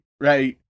right